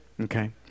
okay